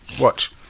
Watch